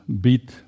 beat